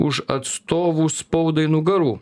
už atstovų spaudai nugarų